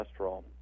cholesterol